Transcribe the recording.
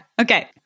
Okay